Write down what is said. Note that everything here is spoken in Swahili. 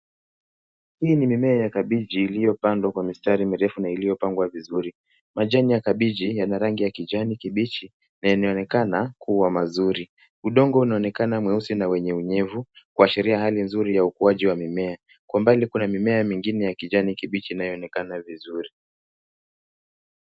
Hii ni mimea ya kabichi iliyopandwa kwa mistari mirefu na iliyopangwa vizuri. Majani ya kabichi yana rangi ya kijani kibichi na yanaonekana kuwa mazuri. Udongo unaonekana mweusi wa wenye unyevu, kuashiria hali nzuri ya ukuaji wa mimea. Kwa mbalikuna mimea mingine ya kijani kibichi inayoonekana vizuri